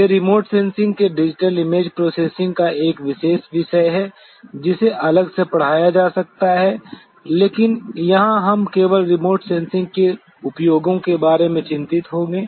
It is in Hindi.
वे रिमोट सेंसिंग के डिजिटल इमेज प्रोसेसिंग का एक विशेष विषय हैं जिसे अलग से पढ़ाया जा सकता है लेकिन यहां हम केवल रिमोट सेंसिंग के उपयोगों के बारे में चिंतित होंगे